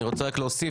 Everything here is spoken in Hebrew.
אני רוצה להוסיף